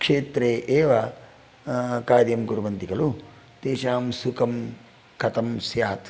क्षेत्रे एव कार्यं कुर्वन्ति खलु तेषां सुखं कथं स्यात्